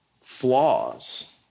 flaws